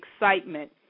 excitement